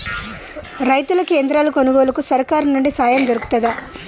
రైతులకి యంత్రాలు కొనుగోలుకు సర్కారు నుండి సాయం దొరుకుతదా?